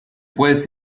puedes